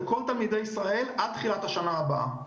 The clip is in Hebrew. לכל תלמידי ישראל עד תחילת השנה באה.